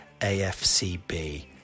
AFCB